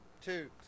two